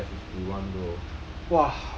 我还在 fifty one bro